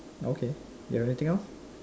okay you have anything else